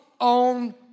on